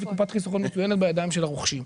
יש לי קופת חיסכון מצוינת בידיים של הרוכשים.